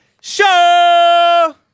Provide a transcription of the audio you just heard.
show